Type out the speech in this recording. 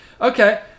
Okay